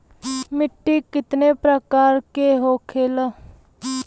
मिट्टी कितने प्रकार के होखेला?